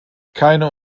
keine